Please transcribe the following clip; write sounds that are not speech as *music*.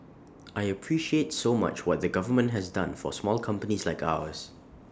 I *noise* appreciate so much what the government has done for small companies like ours